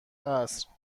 عصر